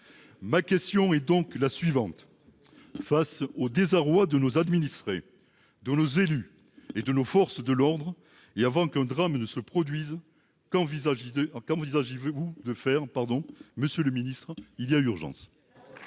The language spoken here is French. Ma question est donc la suivante : face au désarroi de nos administrés, de nos élus et de nos forces de l'ordre, et avant qu'un drame ne se produise, qu'envisagez-vous de faire, monsieur le ministre ? Il y a urgence.